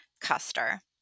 Custer